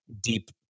deep